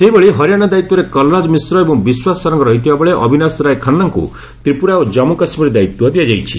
ସେହିଭଳି ହରିୟାଣା ଦାୟିତ୍ୱରେ କଲ୍ରାଜ ମିଶ୍ର ଏବଂ ବିଶ୍ୱାସ ସାରଙ୍ଗ ରହିଥିବାବେଳେ ଅବିନାଶ ରାୟ ଖାନ୍ୱାଙ୍କୁ ତ୍ରିପୁରା ଓ ଜନ୍ମୁ କାଶ୍ମୀର ଦାୟିତ୍ୱ ଦିଆଯାଇଛି